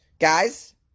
Guys